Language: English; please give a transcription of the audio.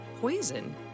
poison